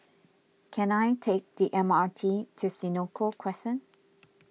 can I take the M R T to Senoko Crescent